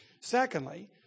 Secondly